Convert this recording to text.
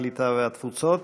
הקליטה והתפוצות.